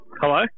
Hello